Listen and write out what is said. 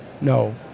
No